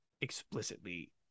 explicitly